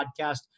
podcast